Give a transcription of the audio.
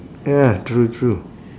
ya true true